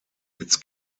its